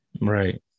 right